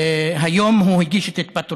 והיום הוא הגיש את התפטרותו.